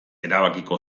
erabakiko